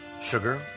sugar